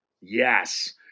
Yes